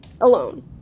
alone